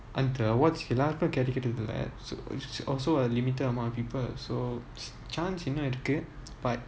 and the awards எல்லோருக்கும்கெடைக்கணும்ல:ellarukum kidaikanumla s~ also are limited amount of people so chance இன்னும்இருக்கு:innum iruku but